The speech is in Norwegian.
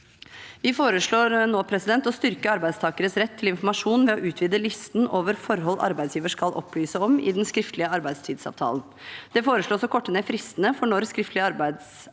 Vi foreslår nå å styrke arbeidstakeres rett til informasjon ved å utvide listen over forhold arbeidsgiver skal opplyse om i den skriftlige arbeidsavtalen. Det foreslås å korte ned fristene for når skriftlig arbeidsavtale